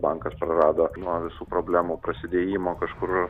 bankas prarado nuo visų problemų prasidėjimo kažkur